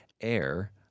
air